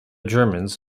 germans